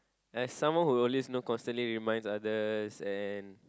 as someone who always know constantly reminds others and